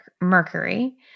mercury